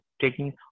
taking